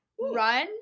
run